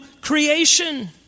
creation